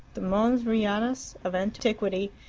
the mons rianus of antiquity,